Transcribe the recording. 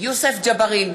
יוסף ג'בארין,